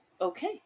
Okay